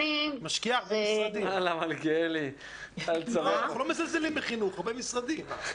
לא מזלזלים בחינוך, הרבה משרדים.